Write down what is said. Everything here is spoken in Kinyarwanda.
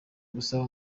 gusa